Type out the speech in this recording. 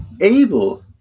able